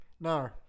No